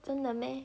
真的 meh